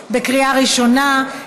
לקריאה ראשונה.